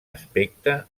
aspecte